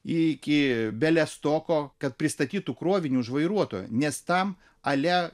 iki belestoko kad pristatytų krovinį už vairuotoją nes tam ale